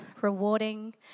rewarding